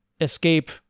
escape